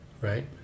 right